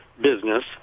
business